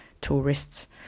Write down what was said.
tourists